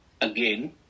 again